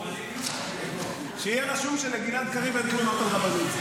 משמעתי לרבנים, אין שום צורך בהצעת החוק הזאת.